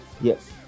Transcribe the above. Yes